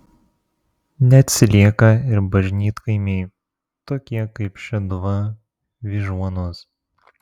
neatsilieka ir bažnytkaimiai tokie kaip šeduva vyžuonos